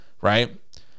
right